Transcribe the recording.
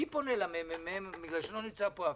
מי פונה למרכז המידע והמחקר?